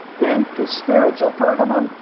then to spiritual pergamum,